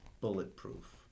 bulletproof